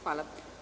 Hvala.